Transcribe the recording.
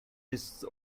this